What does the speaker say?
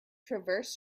transverse